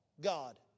God